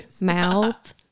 mouth